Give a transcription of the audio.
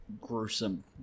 Gruesome